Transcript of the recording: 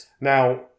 Now